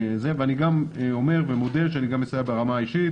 אני אומר --- ב-70,000 יש עוד צוואר בקבוק?